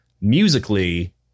musically